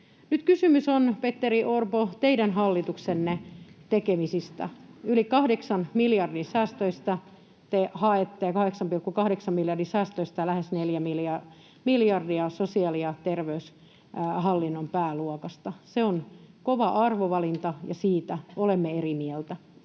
Nyt kysymys on, Petteri Orpo, teidän hallituksenne tekemisistä, yli 8 miljardin säästöistä. Te haette 8,8 miljardin säästöistä lähes 4 miljardia sosiaali- ja terveyshallinnon pääluokasta — se on kova arvovalinta, ja siitä olemme eri mieltä.